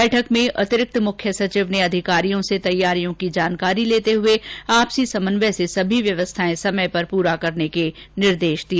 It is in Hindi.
बैठक में अतिरिक्त मुख्य सचिव ने अधिकारियों से तैयारियों की जानकारी लेते हुए आपसी समन्वय से सभी व्यवस्थाएं समय पर पूर्ण करने के निर्देश दिए